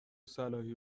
صلاحی